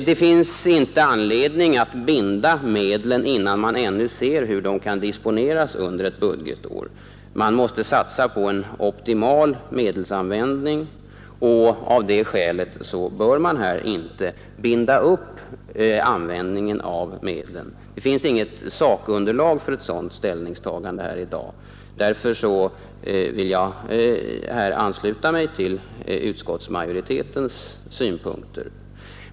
Det är inte motiverat att binda medlen, innan man ännu ser hur de kan disponeras under ett budgetår. Man måste satsa på en optimal medelsanvändning, och av det skälet bör man inte binda användningen av medlen. Det finns inget sakunderlag för ett sådant bindande ställningstagande här i dag. Därför vill jag ansluta mig till utskottsmajoritetens synpunkter.